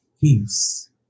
peace